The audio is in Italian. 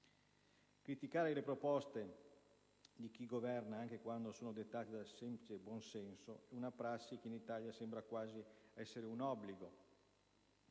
Criticare le proposte di chi governa, anche quando sono dettate dal semplice buon senso, è una prassi che in Italia sembra quasi essere un obbligo